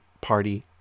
party